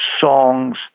songs